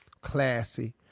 classy